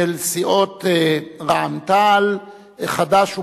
של סיעות רע"ם-תע"ל, חד"ש ובל"ד.